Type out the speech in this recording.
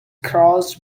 cross